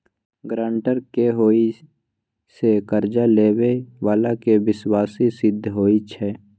guarantor के होय से कर्जा लेबेय बला के विश्वासी सिद्ध होई छै